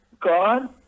God